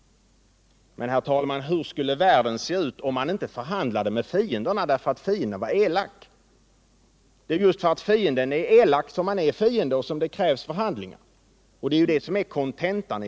Hur skulle världen se ut, herr talman, om man inte förhandlade med fienderna därför att fienderna var elaka? Det är ju just därför att fienden är elak som han är en fiende, och det är därför som det krävs förhandlingar! Det är detta som är kontentan.